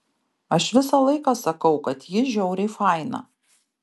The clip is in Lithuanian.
aš visą laiką sakau kad ji žiauriai faina